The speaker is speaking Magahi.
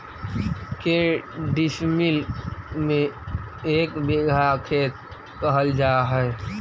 के डिसमिल के एक बिघा खेत कहल जा है?